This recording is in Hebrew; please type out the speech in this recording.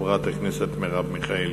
חברת הכנסת מרב מיכאלי.